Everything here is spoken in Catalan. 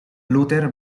luter